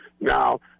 Now